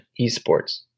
esports